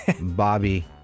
Bobby